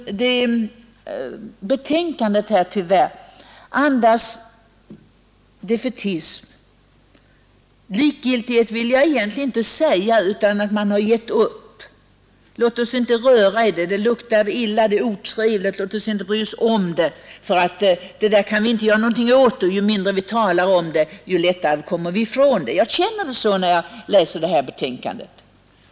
Betänkandet andas tyvärr defaitism. Likgiltig vill jag egentligen inte säga att man är — man har gett upp: ”Låt oss inte röra i det här! Det luktar illa, och det är otrevligt. Låt oss inte bry oss om det! Det här kan vi ändå inte göra någonting åt, och ju mindre vi talar om det, ju lättare kommer vi ifrån det.” Jag känner det så när jag läser betänkandet.